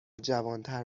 جوانتر